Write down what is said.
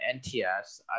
NTS